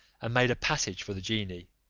and made a passage for the genie